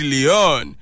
Leon